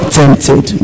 tempted